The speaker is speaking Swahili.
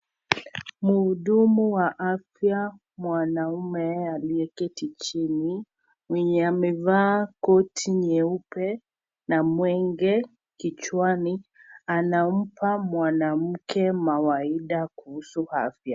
Muhudumu wa afya mwanaume aliyeketi chini, mwenye amevaa koti nyeupe na mwenge kichwani. Anampa mwanamke mawaidha kuhusu afya.